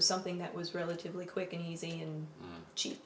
was something that was relatively quick and easy and che